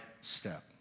step